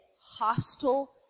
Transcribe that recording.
hostile